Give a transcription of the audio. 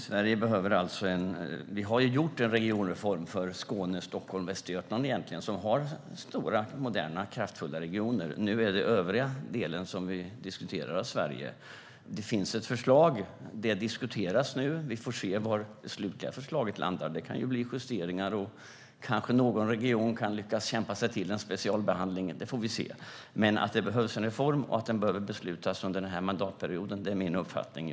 Herr talman! Vi har egentligen gjort en regionreform för Skåne, Stockholm och Västergötland. De har stora, moderna och kraftfulla regioner. Nu är det övriga delen av Sverige som vi diskuterar. Det finns ett förslag, och det diskuteras nu. Vi får se var det slutliga förslaget landar. Det kan bli justeringar. Kanske någon region kan lyckas kämpa sig till en specialbehandling. Det får vi se. Men att det behövs en reform och att den behöver beslutas under den här mandatperioden är min uppfattning.